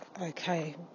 okay